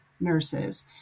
nurses